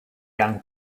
young